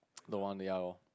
don't want ya lor